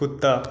कुत्ता